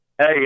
Hey